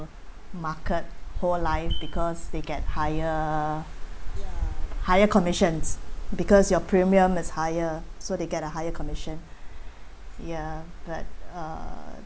market whole life because they get higher higher commissions because your premium is higher so they get a higher commission ya but )uh)